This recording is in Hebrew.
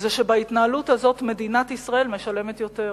שבהתנהלות הזאת מדינת ישראל משלמת יותר.